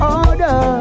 order